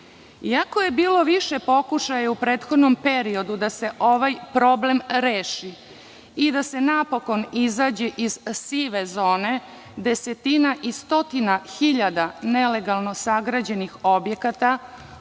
je bilo više pokušaja u prethodnom periodu da se ovaj problem reši i da se napokon izađe iz sive zone desetina i stotina hiljada nelegalno sagrađenih objekata